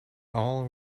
all